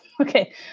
okay